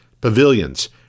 pavilions